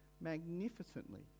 magnificently